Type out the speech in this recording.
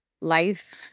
life